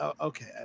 okay